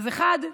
האחד,